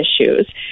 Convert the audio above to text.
issues